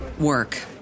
work